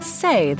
say